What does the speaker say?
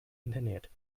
internet